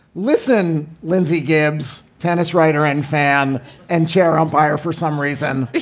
listen, lindsay gabs, tennis writer and fan and chair umpire for some reason,